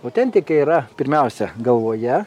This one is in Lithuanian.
autentika yra pirmiausia galvoje